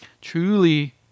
truly